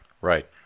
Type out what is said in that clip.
right